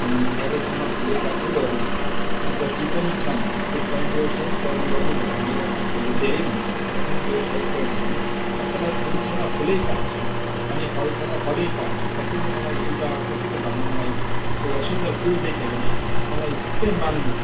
अनि बगैँचामा फुलेका फुलहरू जति पनि छन् त्यसलाई व्यवसायिकरण गर्नु भनेर मेरा साथीहरले धेरै भन्छन् तर म व्यवसायिक गर्दिनँ कसैलाई फुलसँग फुलै साट्छु अनि फससँग फलै साट्छु कसैले मलाई एउटा कसैको घरमा मलाई एउटा सुन्दर फुल देखेँ भने मलाई झट्टै माग्नु